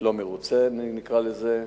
לא מרוצה, נקרא לזה.